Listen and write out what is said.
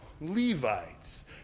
Levites